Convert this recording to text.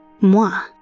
moi